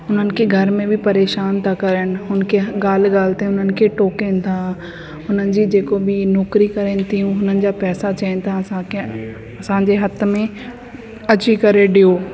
उन्हनि खे घर में बि परेशान था करनि उन खे ॻाल्हि ॻाल्हि ते हुननि खे टोकिनि था हुननि जी जेको बि नौकिरी करनि थी हुननि जा पैसा चवनि था असांखे असांजे हथ में अची करे ॾियो